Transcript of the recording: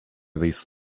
these